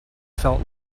felt